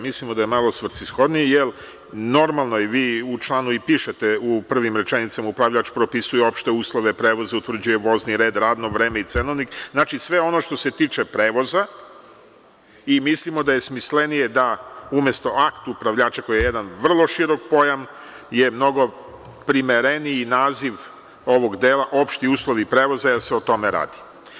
Mislimo da je malo svrsishodnije, jer normalno vi u članu i pišete u prvim rečenicama „upravljač propisuje opšte uslove prevoza, utvrđuje vozni red, radno vreme i cenovnik“, znači sve ono što se tiče prevoza i mislimo da je smislenije da umesto „akt upravljača“, koji je jedan vrlo širok pojam, je mnogo primereniji naziv ovog dela „opšti uslovi prevoza“, jer se o tome radi.